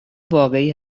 واقعی